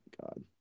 God